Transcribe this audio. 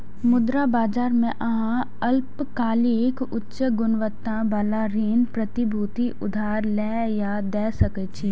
मुद्रा बाजार मे अहां अल्पकालिक, उच्च गुणवत्ता बला ऋण प्रतिभूति उधार लए या दै सकै छी